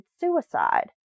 suicide